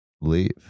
leave